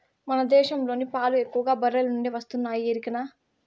మన దేశంలోని పాలు ఎక్కువగా బర్రెల నుండే వస్తున్నాయి ఎరికనా